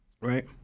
Right